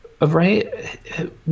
right